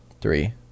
three